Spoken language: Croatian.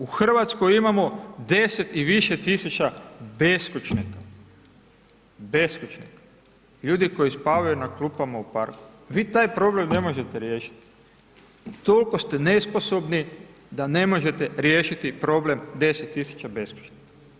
U Hrvatsko imamo 10 i više tisuća beskućnika, beskućnika, ljudi koji spavaju na klupama u parku, vi taj problem ne možete riješiti, tol'ko ste nesposobni da ne možete riješiti problem 10 tisuća beskućnika.